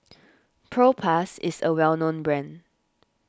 Propass is a well known brand